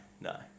no